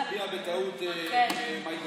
שהצביעה בטעות מאי גולן.